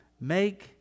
make